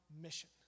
mission